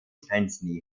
grenznähe